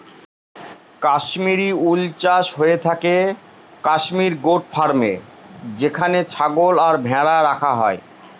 কাশ্মিরী উল চাষ হয়ে থাকে কাশ্মির গোট ফার্মে যেখানে ছাগল আর ভেড়া রাখা হয়